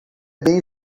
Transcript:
bem